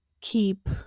keep